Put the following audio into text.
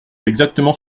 exactement